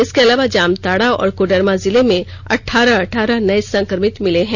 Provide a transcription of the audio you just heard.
इसके अलावा जामताड़ा और कोडरमा जिले में अठ्ठारह अठ्ठारह नये संक्रमित मिले है